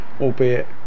albeit